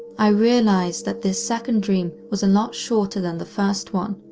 i realized that this second dream was a lot shorter than the first one,